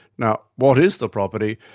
now, what is the property?